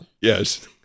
Yes